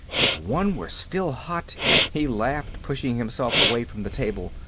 if one were still hot he laughed, pushing himself away from the table.